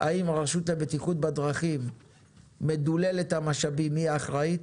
האם הרשות לבטיחות בדרכים מדוללת המשאבים היא האחראית?